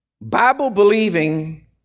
Bible-believing